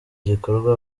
gikorwa